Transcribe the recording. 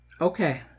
Okay